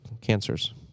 cancers